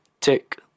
tick